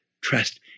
Trust